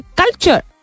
culture